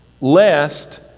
lest